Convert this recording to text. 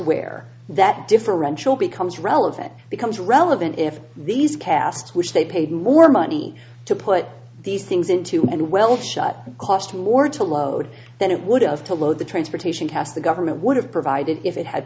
where that differential becomes relevant becomes relevant if these casts which they paid more money to put these things into and well shut cost more to load than it would have to load the transportation cost the government would have provided if it had